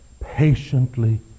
patiently